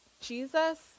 Jesus